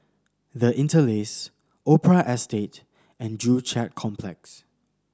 The Interlace Opera Estate and Joo Chiat Complex